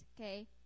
okay